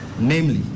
namely